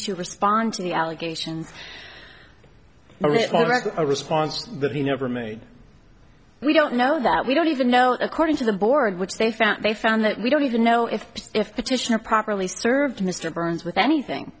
to respond to the allegations or a response that he never made we don't know that we don't even know according to the board which they found they found that we don't even know if if the tissue are properly served mr burns with anything